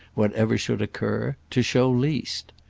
whatever should occur, to show least.